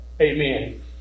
Amen